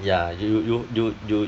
ya you you you you